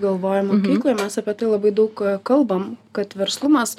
galvojam mokykloj mes apie tai labai daug kalbam kad verslumas